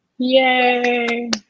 Yay